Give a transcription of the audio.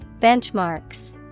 Benchmarks